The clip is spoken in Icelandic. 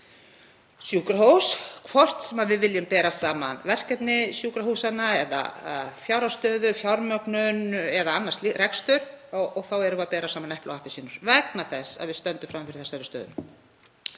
sjúkrahús, hvort sem við viljum bera saman verkefni sjúkrahúsanna eða fjárhagsstöðu, fjármögnun eða rekstur, þá erum við að bera saman epli og appelsínur vegna þess að við stöndum frammi fyrir þessari stöðu.